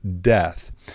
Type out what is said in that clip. death